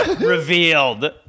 revealed